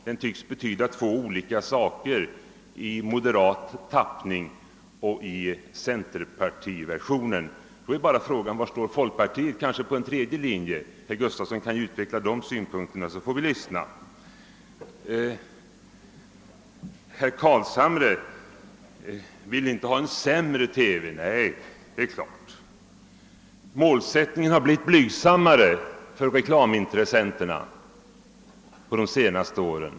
Den tycks betyda två olika saker, en i moderat tappning och en i centerpartiversionen. Då återstår bara frågan, huruvida folkpartiet kanske står på en tredje linje. Herr Gustafson i Göteborg kan ju utveckla folkpartiets synpunkter så vi får veta. Herr Carlshamre vill inte ha en sämre TV. Nej, det är klart. Målsättningen har blivit blygsammare för reklamintressenterna under de senaste åren.